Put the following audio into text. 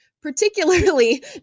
particularly